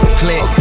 click